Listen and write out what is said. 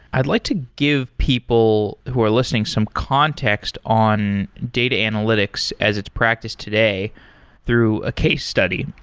i'd like to give people who are listening some context on data analytics as it's practiced today through a case study.